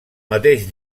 mateix